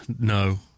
No